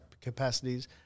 capacities